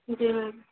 जी ma'am